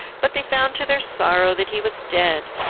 but they found to their sorrow that he was dead,